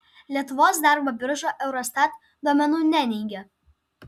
lietuvos darbo birža eurostat duomenų neneigia